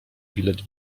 bilet